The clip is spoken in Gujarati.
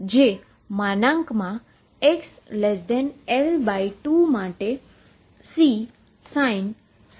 જે xL2 માટે કે Csin βx સમાન છે